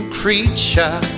creature